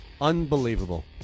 Unbelievable